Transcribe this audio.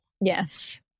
Yes